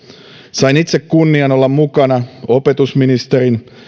sain itse kunnian olla mukana opetusministerin